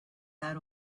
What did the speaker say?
that